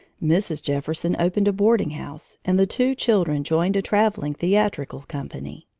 mrs. jefferson opened a boarding-house, and the two children joined a traveling theatrical company.